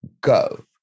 go